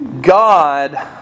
God